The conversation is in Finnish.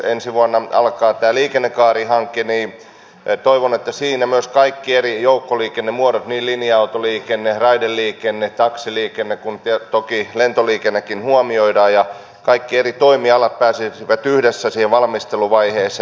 ensi vuonna alkaa tämä liikennekaarihanke ja toivon että siinä myös kaikki eri joukkoliikennemuodot niin linja autoliikenne raideliikenne taksiliikenne kuin toki lentoliikennekin huomioidaan ja kaikki eri toimialat pääsisivät yhdessä siihen valmisteluvaiheeseen